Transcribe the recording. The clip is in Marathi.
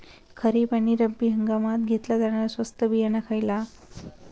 खरीप आणि रब्बी हंगामात घेतला जाणारा स्वस्त बियाणा खयला?